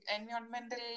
environmental